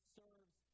serves